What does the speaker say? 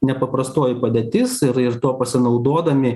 nepaprastoji padėtis ir ir tuo pasinaudodami